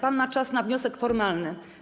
Pan ma czas na wniosek formalny.